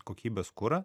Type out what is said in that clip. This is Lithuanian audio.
kokybės kurą